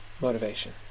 motivation